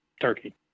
turkey